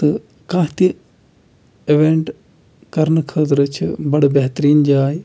تہٕ کانٛہہ تہِ اِوینٹ کرنہٕ خٲطرٕ چھِ بَڑٕ بہتریٖن جاے